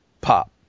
pop